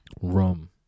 Rum